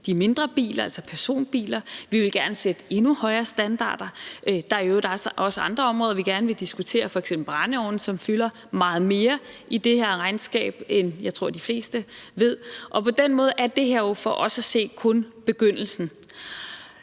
de mindre biler, altså personbiler; vi vil gerne sætte endnu højere standarder. Og der er i øvrigt også andre områder, vi gerne vil diskutere, f.eks. brændeovne, som fylder meget mere i det her regnskab, end jeg tror de fleste ved. Og på den måde er det her jo for os at se kun begyndelsen.